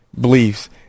beliefs